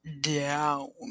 down